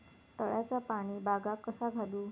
तळ्याचा पाणी बागाक कसा घालू?